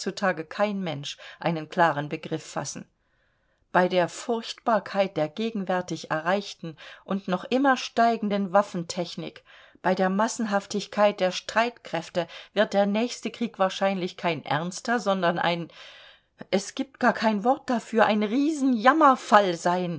kein mensch einen klaren begriff fassen bei der furchtbarkeit der gegenwärtig erreichten und noch immer steigenden waffentechnik bei der massenhaftigkeit der streitkräfte wird der nächste krieg wahrlich kein ernster sondern ein es gibt gar kein wort dafür ein